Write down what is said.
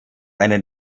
einen